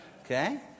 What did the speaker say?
okay